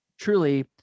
truly